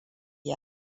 yi